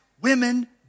women